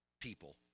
people